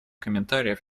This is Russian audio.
комментариев